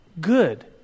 good